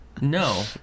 No